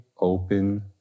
open